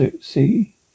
See